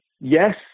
Yes